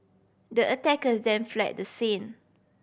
the attackers then fled the scene